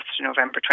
November